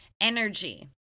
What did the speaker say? energy